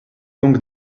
donc